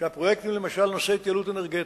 שהפרויקטים בנושא התייעלות אנרגטית,